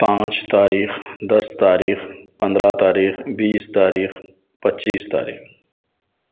پانچ تاریخ دس تاریخ پندرہ تاریخ بیس تاریخ پچیس تاریخ